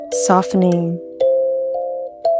softening